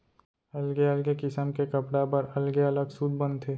अलगे अलगे किसम के कपड़ा बर अलगे अलग सूत बनथे